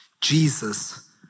Jesus